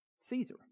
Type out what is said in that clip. Caesar